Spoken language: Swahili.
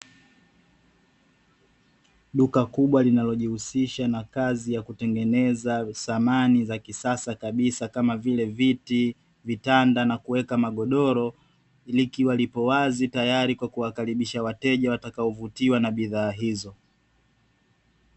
Duka kubwa linalojihusisha na kazi ya kutengeneza samani za kisasa kabisa kama vile viti, vitanda na kuweka magodoro likiwa lipo wazi tayari kwa kuwakaribisha wateja watakovutiwa na bidhaa hizo.